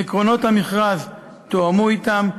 עקרונות המכרז תואמו אתם.